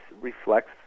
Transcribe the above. reflects